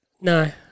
No